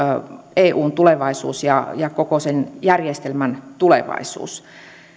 eun tulevaisuus ja ja koko sen järjestelmän tulevaisuus